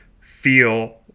feel